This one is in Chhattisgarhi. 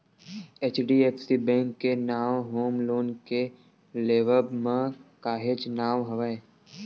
एच.डी.एफ.सी बेंक के नांव होम लोन के लेवब म काहेच नांव हवय